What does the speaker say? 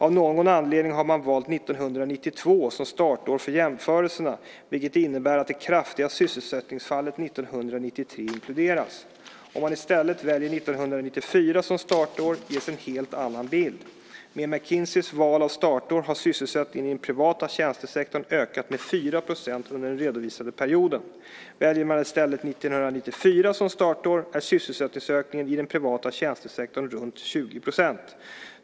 Av någon anledning har man valt 1992 som startår för jämförelserna, vilket innebär att det kraftiga sysselsättningsfallet 1993 inkluderas. Om man i stället väljer 1994 som startår, ges en helt annan bild. Med McKinseys val av startår har sysselsättningen i den privata tjänstesektorn ökat med 4 % under den redovisade perioden. Väljer man i stället 1994 som startår är sysselsättningsökningen i den privata tjänstesektorn runt 20 %.